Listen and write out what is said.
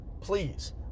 please